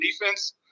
defense